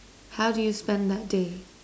how do you spend that day